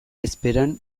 bezperan